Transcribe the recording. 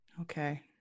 Okay